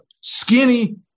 skinny